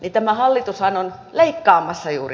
niin tämä hallitushan on leikkaamassa juuri näiltä